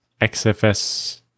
XFS